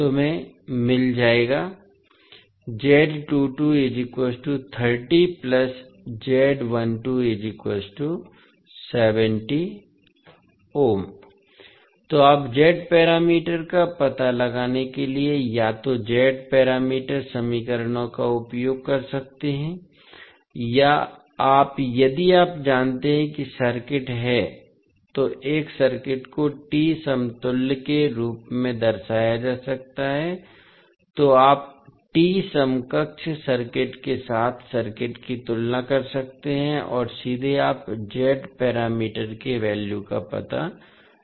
तुम्हे मिल जाएगा तो आप Z पैरामीटर का पता लगाने के लिए या तो Z पैरामीटर समीकरणों का उपयोग कर सकते हैं या आप यदि आप जानते हैं कि सर्किट है तो एक सर्किट को T समतुल्य के रूप में दर्शाया जा सकता है तो आप T समकक्ष सर्किट के साथ सर्किट की तुलना कर सकते हैं और सीधे आप Z पैरामीटर के वैल्यू का पता लगा सकते हैं